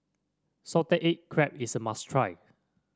Salted Egg Crab is a must try